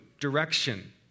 direction